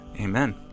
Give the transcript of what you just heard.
Amen